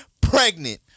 pregnant